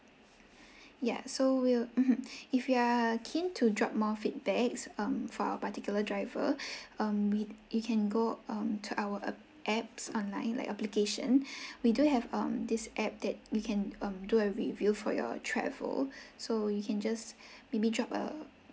yeah so we'll mmhmm if you are keen to drop more feedbacks um for our particular driver um you can go um to our ap~ apps online like application we do have um this app that you can um do a review for your travel so you can just maybe drop a